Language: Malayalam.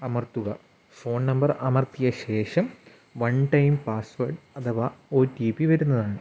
അമർത്തുക ഫോൺ നമ്പർ അമർത്തിയ ശേഷം വൺ ടൈം പാസ് വേഡ് അഥവാ ഓ ടി പി വരുന്നതാണ്